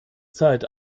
zeit